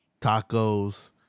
tacos